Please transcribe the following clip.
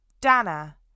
Dana